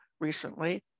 recently